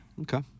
Okay